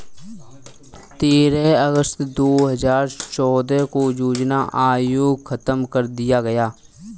तेरह अगस्त दो हजार चौदह को योजना आयोग खत्म कर दिया गया